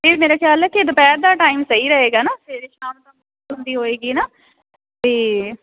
ਇਹ ਮੇਰਾ ਖਿਆਲ ਹੈ ਕਿ ਦੁਪਹਿਰ ਦਾ ਟਾਈਮ ਸਹੀ ਰਹੇਗਾ ਨਾ ਸਵੇਰੇ ਸ਼ਾਮ ਦਾ ਹੁੰਦੀ ਹੋਏਗੀ ਹੈ ਨਾ ਅਤੇ